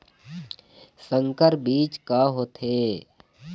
संकर बीज का होथे?